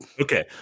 okay